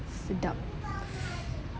sedap